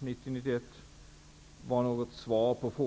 1990--1991.